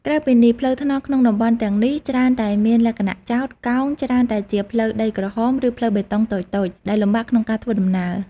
ក្រៅពីនេះ ផ្លូវថ្នល់ក្នុងតំបន់ទាំងនេះ ច្រើនតែមានលក្ខណៈចោត កោង ច្រើនតែជាផ្លូវដីក្រហម ឬផ្លូវបេតុងតូចៗ ដែលលំបាកក្នុងការធ្វើដំណើរ។